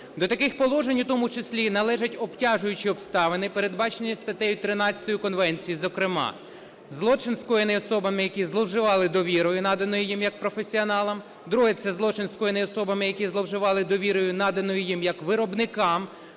До таких положень у тому числі належать обтяжуючі обставини, передбачені статтею 13 Конституції, зокрема, злочин, скоєний особами, які зловживали довірою, наданою їм як професіоналам, друге – це злочин, скоєний особами, які зловживали довірою, наданою їм як виробникам,